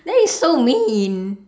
that is so mean